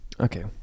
Okay